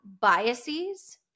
biases